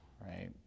right